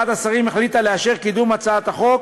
ועדת השרים החליטה לאשר את קידום הצעת החוק